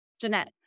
Jeanette